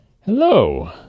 Hello